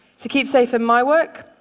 to keep safe in my work,